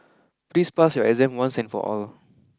please pass your exam once and for all